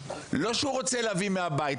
לא שהוא רוצה להביא מהבית,